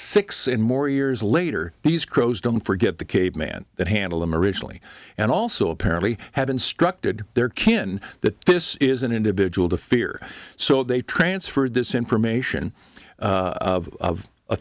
and more years later these crows don't forget the caveman that handle them originally and also apparently have instructed their kin that this is an individual to fear so they transferred this information